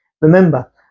Remember